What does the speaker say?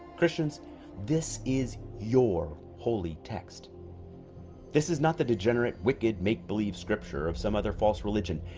christians this is your holy text this is not the degenerate wicked make-believe scripture of some other false religion.